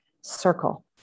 circle